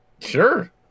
Sure